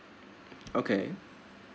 okay